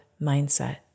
mindset